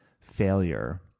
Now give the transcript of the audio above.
failure